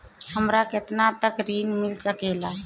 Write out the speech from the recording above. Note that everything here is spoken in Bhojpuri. हमरा केतना तक ऋण मिल सके ला?